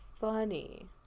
funny